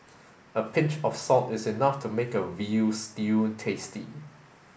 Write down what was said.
a pinch of salt is enough to make a veal stew tasty